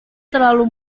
terlalu